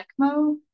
ECMO